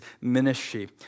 ministry